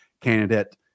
candidate